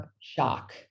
shock